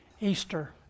Easter